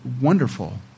wonderful